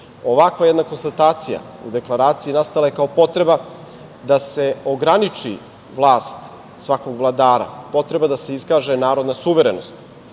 Ovakva jedna konstatacija u deklaraciji nastala je kao potreba da se ograniči vlast svakog vladara, potreba da se iskaže narodna suverenost